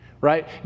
Right